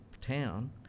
town